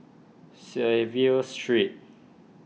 Clive Street